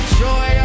joy